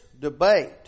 debate